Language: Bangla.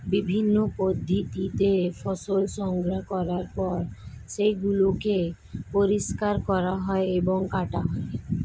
বিভিন্ন পদ্ধতিতে ফসল সংগ্রহ করার পর সেগুলোকে পরিষ্কার করা হয় এবং কাটা হয়